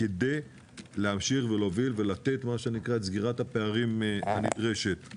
כדי להמשיך ולהוביל את סגירת הפערים הנדרשת.